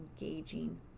engaging